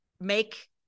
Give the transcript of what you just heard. make